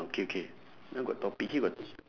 okay K now got topic here got